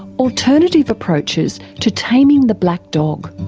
alternative approaches to taming the black dog.